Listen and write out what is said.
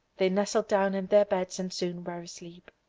they nestled down in their beds and soon were asleep.